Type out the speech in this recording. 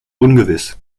ungewiss